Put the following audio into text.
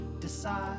Decide